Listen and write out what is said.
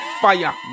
Fire